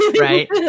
right